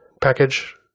package